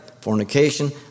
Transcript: Fornication